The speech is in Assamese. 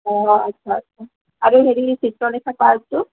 অ' আচ্ছা আচ্ছা আৰু হেৰি চিত্ৰলেখা পাৰ্কটো